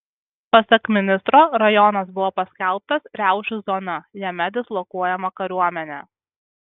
pasak ministro rajonas buvo paskelbtas riaušių zona jame dislokuojama kariuomenė